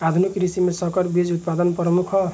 आधुनिक कृषि में संकर बीज उत्पादन प्रमुख ह